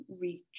reach